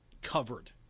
covered